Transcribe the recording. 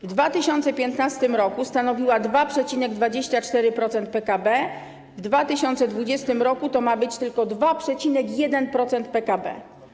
W 2015 r. stanowiła ona 2,24% PKB, w 2020 r. to ma być tylko 2,1% PKB.